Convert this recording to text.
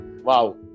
wow